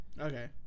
Okay